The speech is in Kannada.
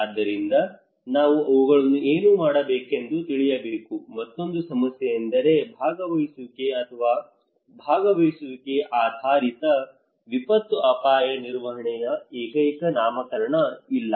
ಆದ್ದರಿಂದ ನಾವು ಅವುಗಳನ್ನು ಏನು ಮಾಡಬೇಕೆಂದು ತಿಳಿಯಬೇಕು ಮತ್ತೊಂದು ಸಮಸ್ಯೆ ಎಂದರೆ ಭಾಗವಹಿಸುವಿಕೆ ಅಥವಾ ಭಾಗವಹಿಸುವಿಕೆ ಆಧಾರಿತ ವಿಪತ್ತು ಅಪಾಯ ನಿರ್ವಹಣೆಯ ಏಕೈಕ ನಾಮಕರಣ ಇಲ್ಲ